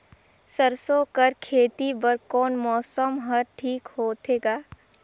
सरसो कर खेती बर कोन मौसम हर ठीक होथे ग?